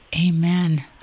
Amen